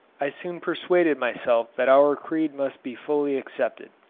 i soon persuaded myself that our creed must be fully accepted.